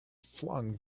flung